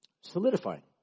Solidifying